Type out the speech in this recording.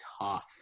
tough